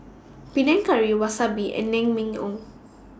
Panang Curry Wasabi and Naengmyeon